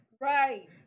Right